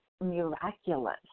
miraculous